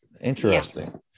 Interesting